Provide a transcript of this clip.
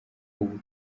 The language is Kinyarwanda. ubu